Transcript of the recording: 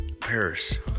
Paris